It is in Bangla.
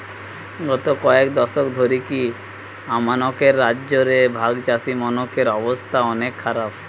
গত কয়েক দশক ধরিকি আমানকের রাজ্য রে ভাগচাষীমনকের অবস্থা অনেক খারাপ